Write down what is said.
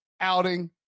outing